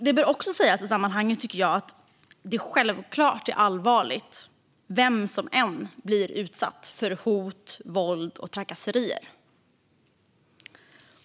Det bör sägas i sammanhanget att det självklart är allvarligt vem som än blir utsatt för hot, våld och trakasserier.